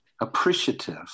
appreciative